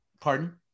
Pardon